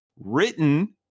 written